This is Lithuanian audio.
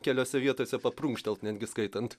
keliose vietose paprunkštelt netgi skaitant